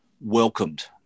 welcomed